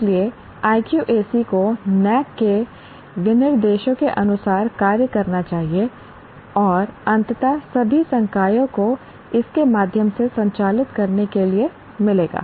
इसलिए IQAC को NAAC के विनिर्देशों के अनुसार कार्य करना चाहिए और अंततः सभी संकायों को इसके माध्यम से संचालित करने के लिए मिलेगा